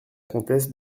comtesse